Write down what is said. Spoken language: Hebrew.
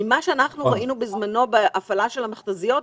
ממה שאנחנו ראינו בזמנו בהפעלה של המכת"זיות,